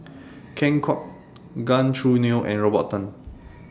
Ken Kwek Gan Choo Neo and Robert Tan